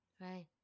Right